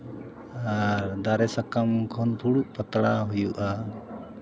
ᱟᱨ ᱫᱟᱨᱮ ᱥᱟᱠᱟᱢ ᱠᱷᱚᱱ ᱯᱷᱩᱲᱩᱜ ᱯᱟᱛᱲᱟ ᱦᱩᱭᱩᱜᱼᱟ